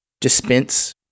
dispense